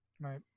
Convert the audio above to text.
right